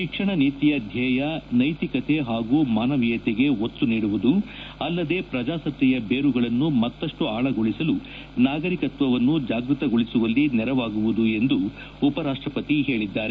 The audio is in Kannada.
ತಿಕ್ಷಣ ನೀತಿಯ ಧ್ವೇಯ ನೈತಿಕತೆ ಪಾಗೂ ಮಾನವೀಯತೆಗೆ ಒತ್ತು ನೀಡುವುದು ಆಲ್ಲದೇ ಪ್ರಜಾಸತ್ತೆಯ ದೇರುಗಳನ್ನು ಮತ್ತಪ್ಪು ಆಳಗೊಳಸಲು ನಾಗಂಕತ್ತವನ್ನು ಜಾಗೃತಗೊಳಸುವಲ್ಲಿ ನೆರವಾಗುವುದು ಎಂದು ಉಪರಾಷ್ಟಪತಿ ಹೇಳಿದ್ದಾರೆ